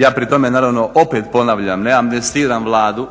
Ja pri tome naravno opet ponavljam, ne amnestiram Vladu,